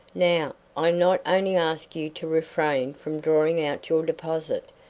now, i not only ask you to refrain from drawing out your deposit,